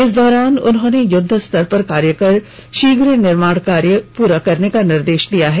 इस दौरान उन्होंने युद्ध स्तर पर कार्य कर शीघ निर्माण कार्य पूर्णे करने का निर्देश दिए है